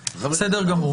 נכון.